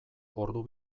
ordu